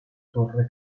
torre